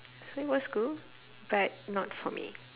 it was cool but not for me